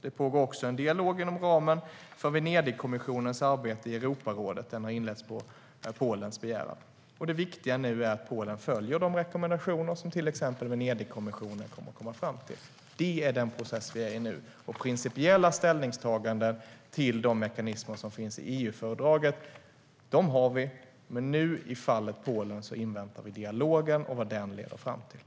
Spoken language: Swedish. Det pågår också en dialog inom ramen för Venedigkommissionens arbete i Europarådet som har inletts på Polens begäran. Det viktiga nu är att Polen följer de rekommendationer som till exempel Venedigkommissionen kommer fram till. Det är den process som vi är i nu. Principiella ställningstaganden till de mekanismer som finns i EU-fördraget har vi, men i fallet Polen inväntar vi dialogen och vad den leder fram till.